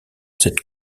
cette